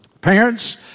parents